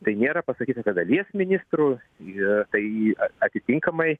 tai nėra pasakyta kad dalies ministrų i tai a atitinkamai